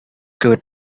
good